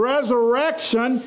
Resurrection